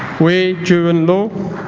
wei juen lo